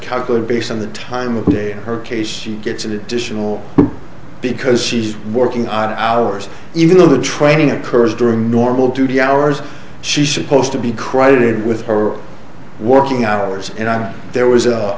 calculated based on the time of day her case gets additional because she's working on hours even though the training occurs during normal duty hours she supposed to be credited with or working hours and on there was a